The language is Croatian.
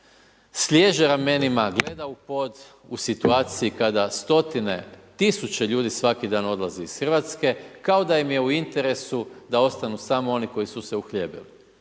sliježe ramena, gleda u pod u situaciju kada stotine tisuće ljudi svaki dan odlaze iz Hrvatske, kao da im je u interesu da ostanu samo oni koji su se uhljebili.